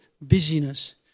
Busyness